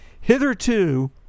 hitherto